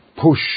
push